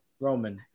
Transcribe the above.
Roman